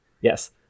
yes